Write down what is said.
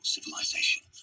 civilization